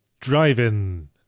driving